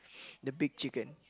the big chicken